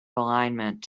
alignment